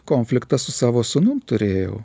konfliktą su savo sūnum turėjau